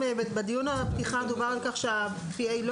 בדיון הפתיחה דובר על כך שה-P.A לא